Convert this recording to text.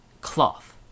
Cloth